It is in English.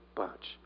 bunch